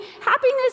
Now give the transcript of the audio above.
happiness